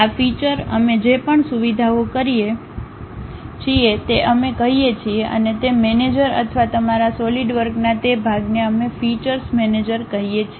આ ફીચૅસ અમે જે પણ સુવિધાઓ કરીએ છીએ તે અમે કહીએ છીએ અને તે મેનેજર અથવા તમારા સોલિડવર્કના તે ભાગને અમે ફીચૅસ મેનેજર કહીએ છીએ